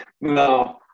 No